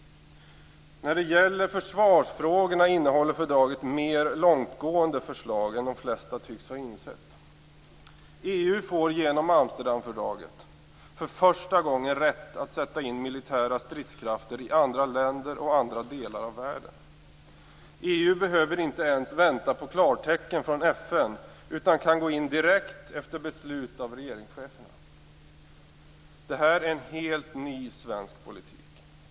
När det gäller försvarsfrågorna innehåller fördraget mer långtgående förslag än de flesta tycks ha insett. EU får genom Amsterdamfördraget för första gången rätt att sätta in militära stridskrafter i andra länder och andra delar av världen. EU behöver inte ens vänta på klartecken från FN, utan kan gå in direkt efter beslut av regeringscheferna. Det här är en helt ny svensk politik.